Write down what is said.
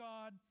God